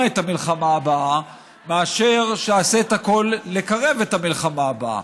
את המלחמה הבאה מאשר שתעשה הכול כדי לקרב את המלחמה הבאה.